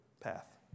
path